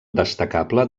destacable